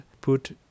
put